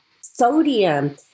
sodium